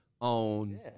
on